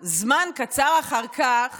הדיח אתכם ובחר --- זמן קצר אחר כך